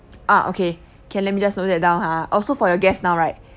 ah okay can let me just note that down ha also for your guests now right